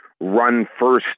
run-first